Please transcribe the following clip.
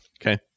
okay